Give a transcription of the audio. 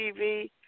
TV